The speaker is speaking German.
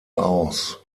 aus